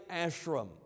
ashram